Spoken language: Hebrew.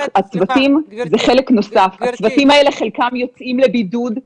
הצוותים האלה, חלקם יוצאים לבידוד.